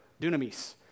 dunamis